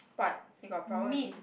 but you got a problem with me